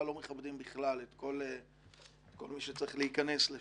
לא מכבדים בכלל את כל מי שצריך להיכנס לשם.